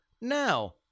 now